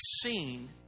seen